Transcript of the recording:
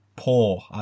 Poor